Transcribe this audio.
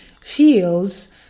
feels